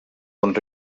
bon